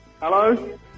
Hello